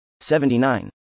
79